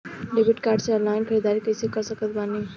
Debit card से online ख़रीदारी कैसे कर सकत बानी?